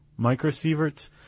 microsieverts